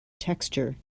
texture